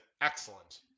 excellent